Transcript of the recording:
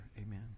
amen